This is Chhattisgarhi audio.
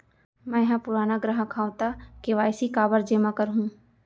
मैं ह पुराना ग्राहक हव त के.वाई.सी काबर जेमा करहुं?